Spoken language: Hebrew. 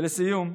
ולסיום,